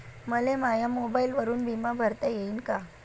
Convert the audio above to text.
मले माया मोबाईलवरून बिमा भरता येईन का?